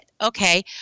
Okay